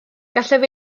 gallaf